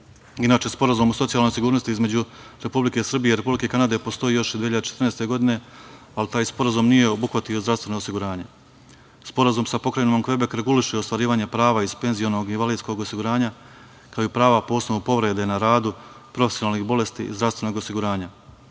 Sporazum o socijalnoj sigurnosti između Republike Srbije i Republike Kanade postoji još od 2014. godine, ali taj sporazum nije obuhvatio zdravstveno osiguranje. Sporazum sa pokrajinom Kvebek reguliše ostvarivanje prava iz penziono-invalidskog osiguranja, kao i prava po osnovu povrede na radu, profesionalnih bolesti i zdravstvenog osiguranja.